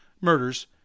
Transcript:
murders